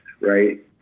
right